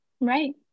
Right